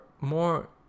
more